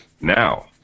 Now